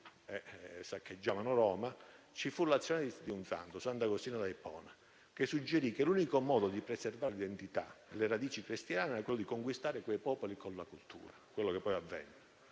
e saccheggiavano Roma, ci fu l'azione di un santo, sant'Agostino d'Ippona, che suggerì che l'unico modo di preservare l'identità e le radici cristiane era quello di conquistare quei popoli con la cultura, come poi avvenne.